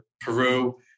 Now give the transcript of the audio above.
Peru